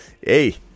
hey